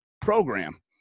program